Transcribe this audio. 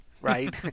right